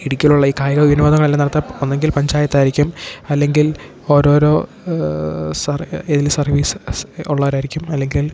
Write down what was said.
ഇടുക്കിയിലുള്ള ഈ കായിക വിനോദങ്ങൾ എല്ലാം നടത്തുക ഒന്നെങ്കിൽ പഞ്ചായത്തായിരിക്കും അല്ലെങ്കിൽ ഓരോരോ സാർ ഏതേലും സർവീസ് സ് ഉള്ളവർ ആയിരിക്കും അല്ലെങ്കിൽ